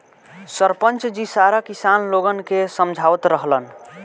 सरपंच जी सारा किसान लोगन के समझावत रहलन